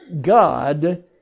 God